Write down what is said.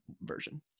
version